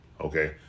Okay